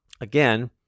again